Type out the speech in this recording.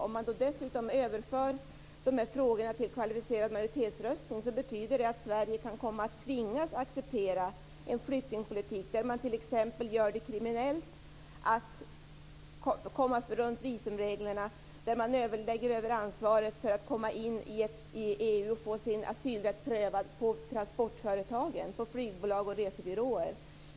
Om man dessutom överför de här frågorna till kvalificerad majoritetsröstning betyder det att Sverige kan komma att tvingas acceptera en flyktingpolitik där man t.ex. gör det kriminellt att komma runt visumreglerna och där man lägger över ansvaret för att människor kommer in i EU för att få sin asylrätt prövad på transportföretagen, på flygbolag och resebyråer.